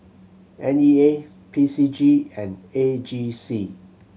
N E A P C G and A G C